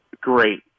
Great